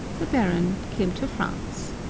the baron came to france.